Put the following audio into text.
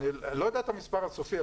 אני לא יודע את המספר הסופי,